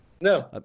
No